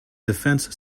defence